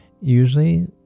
Usually